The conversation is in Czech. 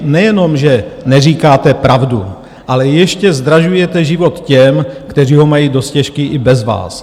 Nejenom, že neříkáte pravdu, ale ještě zdražujete život těm, kteří ho mají dost těžký i bez vás.